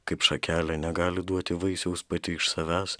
kaip šakelė negali duoti vaisiaus pati iš savęs